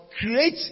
create